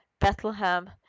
Bethlehem